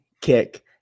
kick